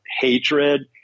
hatred